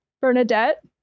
Bernadette